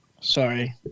sorry